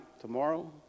tomorrow